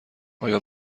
آیا